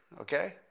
Okay